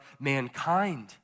mankind